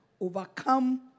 overcome